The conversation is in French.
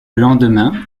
lendemain